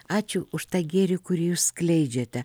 ačiū už tą gėrį kurį jūs skleidžiate